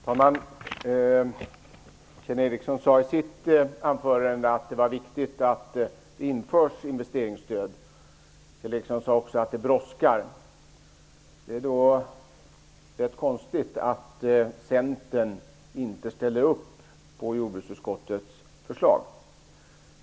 Herr talman! Kjell Ericsson sade i sitt anförande att det var viktigt att investeringsstöd införs, och han sade också att det brådskar. Det är då rätt konstigt att Centern inte ställer upp på jordbruksutskottets förslag.